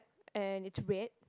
and it's red